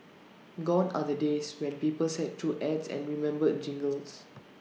gone are the days when people sat through ads and remembered jingles